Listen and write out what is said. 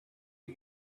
you